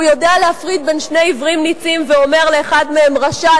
יודע להפריד בין שני עברים נצים ואומר לאחד מהם: רשע,